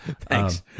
Thanks